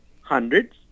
hundreds